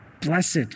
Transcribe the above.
Blessed